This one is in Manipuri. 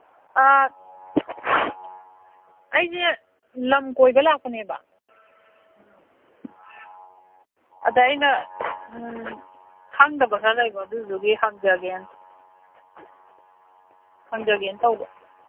ꯑꯥ ꯑꯩꯁꯦ ꯂꯝ ꯀꯣꯏꯕ ꯂꯥꯛꯄꯅꯦ ꯑꯗ ꯑꯩꯅ ꯈꯪꯗꯕ ꯈꯔ ꯂꯩꯕ ꯑꯗꯨꯗꯨꯒꯤ ꯍꯪꯖꯒꯦꯅ ꯍꯪꯖꯒꯦꯅ ꯇꯧꯕ